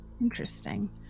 Interesting